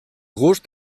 gust